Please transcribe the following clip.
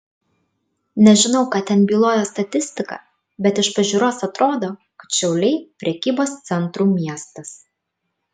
nežinau ką ten byloja statistika bet iš pažiūros atrodo kad šiauliai prekybos centrų miestas